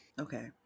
okay